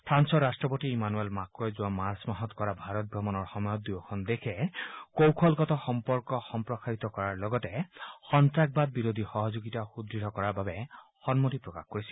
ফ্ৰান্সৰ ৰাট্টপতি ইমানুৱেল মাক্ৰ'ই যোৱা মাৰ্চ মাহত কৰা ভাৰত ভ্ৰমণৰ সময়ত দুয়োদেশে কৌশলগত সম্পৰ্ক সম্প্ৰসাৰিত কৰাৰ লগতে সন্তাসবাদ বিৰোধী সহযোগিতা সূদ্য় কৰাৰ বাবে সন্মতি প্ৰকাশ কৰিছে